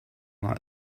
like